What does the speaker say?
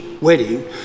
wedding